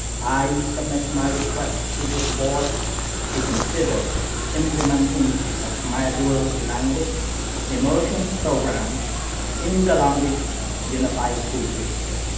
i submit my request to this board to consider implementing a khmer dual language immersion program in the long beach unified school district.